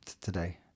today